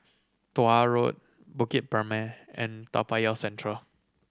Tuah Road Bukit Purmei and Toa Payoh Central